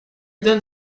donne